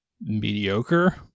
mediocre